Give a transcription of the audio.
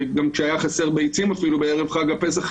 גם כשהיה חסר ביצים אפילו בערב חג הפסח,